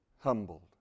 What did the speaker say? humbled